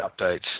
updates